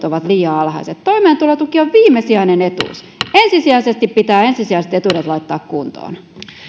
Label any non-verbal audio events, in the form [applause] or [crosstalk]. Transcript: [unintelligible] ovat liian alhaiset toimeentulotuki on viimesijainen etuus ensisijaisesti pitää ensisijaiset etuudet laittaa kuntoon